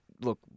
Look